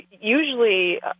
usually